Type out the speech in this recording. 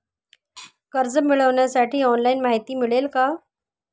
कर्ज मिळविण्यासाठी ऑनलाइन माहिती मिळेल का?